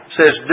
says